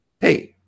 hey